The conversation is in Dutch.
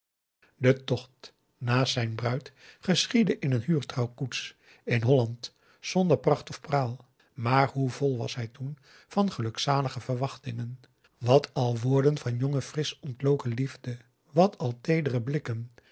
de tocht naast zijn bruid geschiedde in een huur trouwkoets in holland zonder pracht of praal maar hoe vol was hij toen van gelukzalige verwachtingen wat al woorden van jonge frisch ontloken liefde wat al teedere blikken